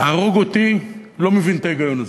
תהרוג אותי, לא מבין את ההיגיון הזה.